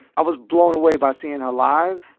i was blown away by seeing her live.